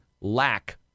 lack